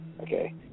Okay